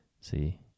See